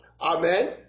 Amen